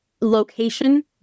Location